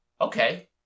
Okay